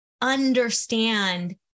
understand